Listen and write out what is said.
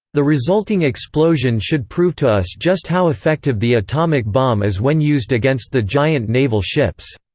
the resulting explosion should prove to us just how effective the atomic bomb is when used against the giant naval ships.